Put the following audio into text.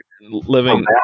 Living